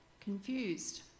confused